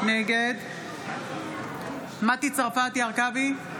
נגד מטי צרפתי הרכבי,